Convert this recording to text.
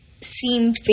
seem